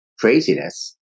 craziness